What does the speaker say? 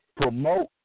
promote